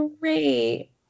great